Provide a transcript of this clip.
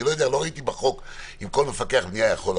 לא ראיתי בחוק אם כל מפקח בנייה יכול,